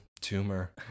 tumor